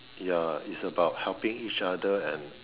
ya is about helping each other and